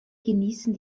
genießen